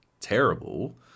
terrible